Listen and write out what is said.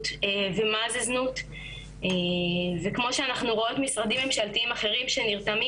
ומה זה זנות וכמו שאנחנו רואות משרדים ממשלתיים אחרים שנרתמים